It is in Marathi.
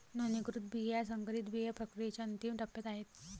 नोंदणीकृत बिया संकरित बिया प्रक्रियेच्या अंतिम टप्प्यात आहेत